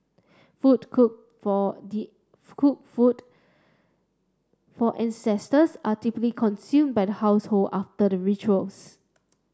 food cook for cook food for ancestors are typically consumed by the household after the rituals